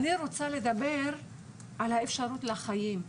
אני רוצה לדבר על האפשרות לחיים.